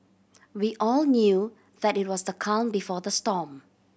we all knew that it was the calm before the storm